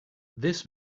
this